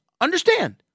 Understand